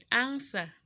answer